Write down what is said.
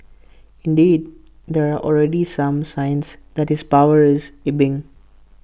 indeed there are already some signs that his power is ebbing